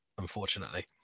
Unfortunately